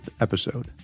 episode